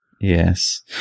Yes